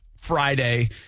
Friday